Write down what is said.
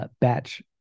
Batch